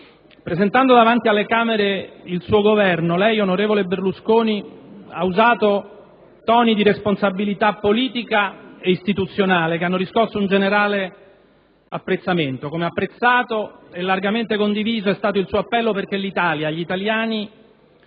presentando davanti alle Camere il suo Governo lei, onorevole Berlusconi, ha usato toni di responsabilità politica e istituzionale che hanno riscosso un generale apprezzamento, come apprezzato e largamente condiviso è stato il suo appello perché l'Italia, gli italiani,